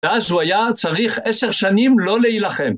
ואז הוא היה צריך עשר שנים לא להילחם.